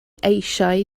eisiau